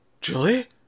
Julie